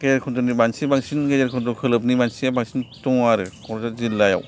गेजेर खन्द'नि बांसिन बांसिन गेजेर खन्द'नि खोलोबनि मानसिया दङ आरो क'क्राझार जिल्लायाव